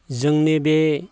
जोंनि बे